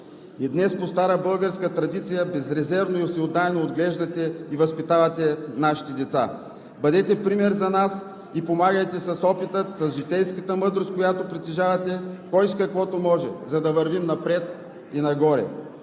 и днес – по стара българска традиция, безрезервно и всеотдайно отглеждате и възпитавате нашите деца. Бъдете пример за нас и помагайте с опита, с житейската мъдрост, която притежавате – кой с каквото може, за да вървим напред и нагоре.